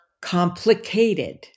complicated